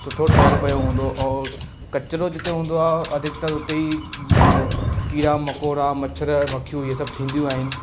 सुठो ठहियलु पियो हूंदो औरि किचरो जिते हूंदो आहे अधिकतर हुते ई उहे कीड़ा मकोड़ा मछर मखियूं इहे सभ थींदियूं आहिनि